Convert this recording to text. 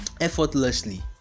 effortlessly